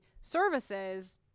services